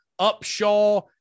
Upshaw